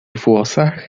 włosach